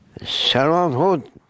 Servanthood